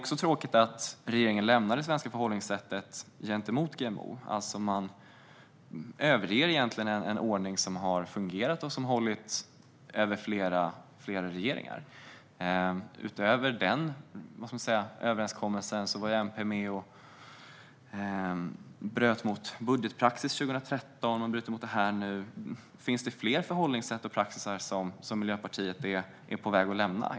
Det är tråkigt att regeringen lämnar det svenska förhållningssättet gentemot GMO. Man överger egentligen en ordning som har fungerat och hållit över flera regeringar. Utöver att man nu bryter mot den överenskommelsen var MP med och bröt mot budgetpraxisen 2013. Finns det fler förhållningssätt och mer praxis som Miljöpartiet är på väg att lämna?